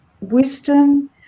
wisdom